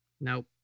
Nope